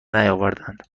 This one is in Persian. نیاورند